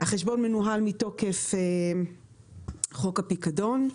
החשבון מנוהל מתוקף חוק הפיקדון,